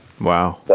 Wow